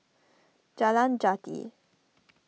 Jalan Jati